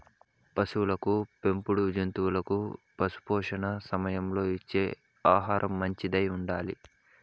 పసులకు పెంపుడు జంతువులకు పశుపోషణ సమయంలో ఇచ్చే ఆహారం మంచిదై ఉండాలి